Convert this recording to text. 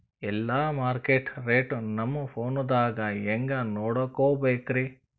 ಎಲ್ಲಾ market rate ನಮ್ ಫೋನದಾಗ ಹೆಂಗ ನೋಡಕೋಬೇಕ್ರಿ?